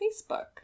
Facebook